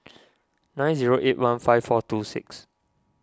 nine zero eight one five four two six